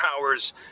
hours